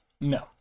No